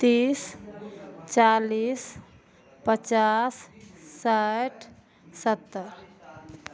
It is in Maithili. तीस चालिस पचास साठि सत्तरि